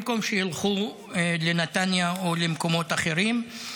במקום שילכו לנתניה או למקומות אחרים.